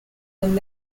and